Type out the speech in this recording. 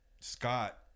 Scott